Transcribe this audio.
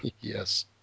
Yes